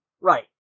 Right